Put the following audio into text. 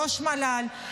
ראש המל"ל,